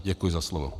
Děkuji za slovo.